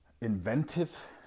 inventive